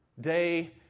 day